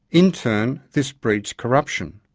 in turn, this breeds corruption.